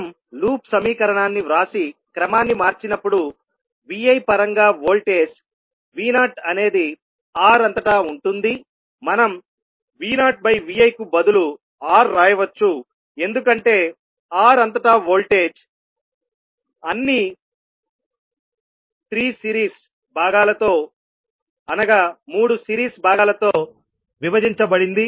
మనం లూప్ సమీకరణాన్ని వ్రాసి క్రమాన్ని మార్చినప్పుడు Vi పరంగా వోల్టేజ్ V0అనేది R అంతటా ఉంటుందిమనం V0Vi కు బదులు R రాయవచ్చు ఎందుకంటే R అంతటా వోల్టేజ్ అన్ని 3 సిరీస్ భాగాలతో విభజించబడింది